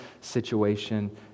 situation